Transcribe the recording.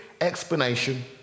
explanation